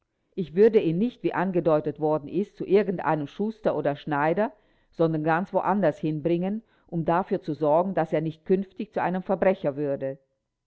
ich würde ihn nicht wie angedeutet worden ist zu irgendeinem schuster oder schneider sondern ganz woanders hinbringen um dafür zu sorgen daß er nicht künftig zu einem verbrecher würde